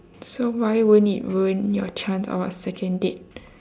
so why won't it ruin your chance of a second date